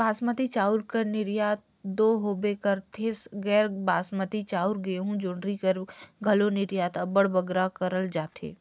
बासमती चाँउर कर निरयात दो होबे करथे संघे गैर बासमती चाउर, गहूँ, जोंढरी कर घलो निरयात अब्बड़ बगरा करल जाथे